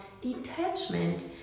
detachment